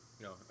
no